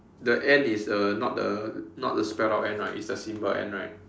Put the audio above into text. the and is uh not the not the spelt out and right is the symbol and right